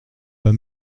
pas